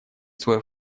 свой